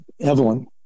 Evelyn